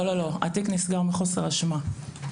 התיק נסגר מחוסר אשמה.